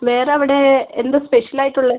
വേറെ അവിടെ എന്താ സ്പെഷ്യലായിട്ട് ഉള്ളത്